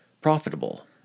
profitable